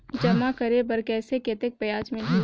जमा करे बर कइसे कतेक ब्याज मिलही?